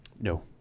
No